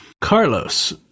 Carlos